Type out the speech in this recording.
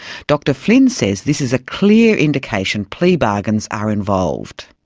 dr flynn says this is a clear indication plea bargains are involved.